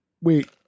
Wait